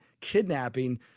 kidnapping